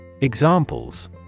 Examples